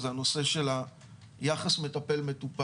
זה הנושא של יחס מטפל-מטופל.